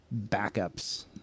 backups